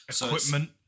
Equipment